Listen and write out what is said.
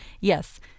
Yes